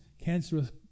cancerous